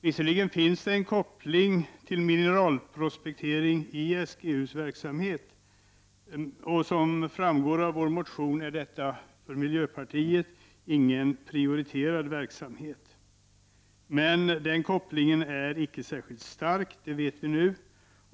Visserligen finns det en koppling till mineralprospektering i SGU:s verksamhet, och som framgår av vår motion är detta för miljöpartiet inte någon prioriterad verksamhet. Men den kopplingen är inte särskilt stark, det vet vi nu.